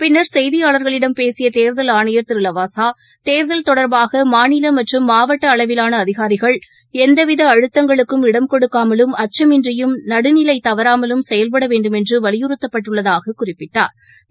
பின்னா் செய்தியாளர்களிடம் பேசியதே்தல் திருலவாசா தேர்தல் ஆணையர் தொடர்பாகமாநிலமற்றும் மாவட்டஅளவிலானஅதிகாரிகள் எந்தவிதஅழுத்தங்களுக்கும் இடம் கொடுக்காமலும் அச்சமின்றியும் நடுநிலைதவறாமலும் செயல்படவேண்டுமென்றுவலியுறுத்தப்பட்டுள்ளதாகக் குறிப்பிட்டாா்